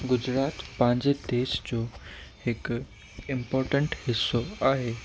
गुजरात पंहिंजे देश जो हिकु इंपोर्टंट हिसो आहे